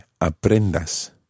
aprendas